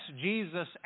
Jesus